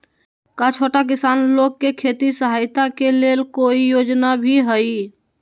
का छोटा किसान लोग के खेती सहायता के लेंल कोई योजना भी हई?